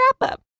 wrap-up